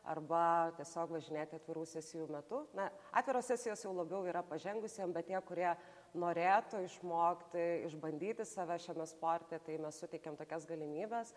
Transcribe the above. arba tiesiog važinėti atvirų sesijų metu na atviros sesijos jau labiau yra pažengusiem bet tie kurie norėtų išmokti išbandyti save šiame sporte tai mes suteikiam tokias galimybes